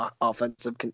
offensive